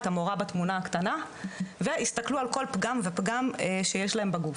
את המורה בתמונה הקטנה והסתכלו על כל פגם ופגם שיש להם בגוף,